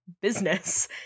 business